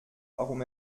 warum